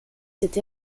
cette